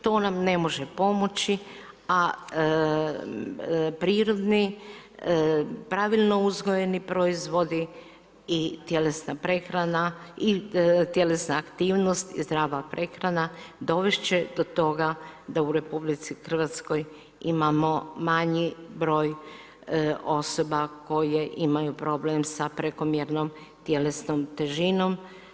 To nam ne može pomoći a prirodni, pravilno uzgojeni proizvodi i tjelesna aktivnost i zdrava prehrana dovesti će do toga da u RH imamo manji broj osoba koje imaju problem sa prekomjernom tjelesnom težinom.